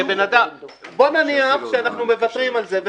בואו נניח שאנחנו מוותרים על זה,